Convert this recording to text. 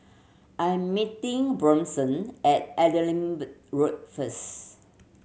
I am meeting Blossom at Edinburgh Road first